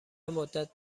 مدت